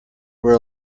were